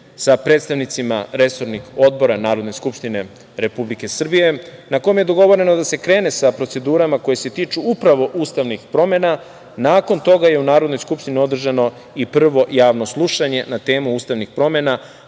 sa predstavnicima resornih odbora Narodne skupštine Republike Srbije, na kome je dogovoreno da se krene sa procedurama koje se tiču upravo ustavnih promena. Nakon toga je u Narodnoj skupštini održano i prvo Javno slušanje na temu ustavnih promena,